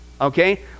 Okay